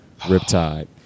Riptide